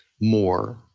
more